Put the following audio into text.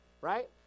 right